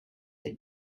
that